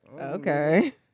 okay